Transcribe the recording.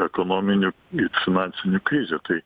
ekonominių finansinių krizių tai